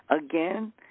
Again